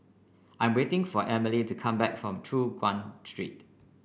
I'm waiting for Emely to come back from Choon Guan Street